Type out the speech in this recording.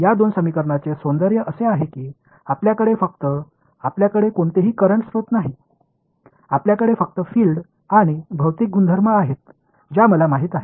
या दोन समीकरणांचे सौंदर्य असे आहे की आपल्याकडे फक्त आपल्याकडे कोणतेही करंट स्रोत नाहीत आपल्याकडे फक्त फील्ड आणि भौतिक गुणधर्म आहेत ज्या मला माहित आहेत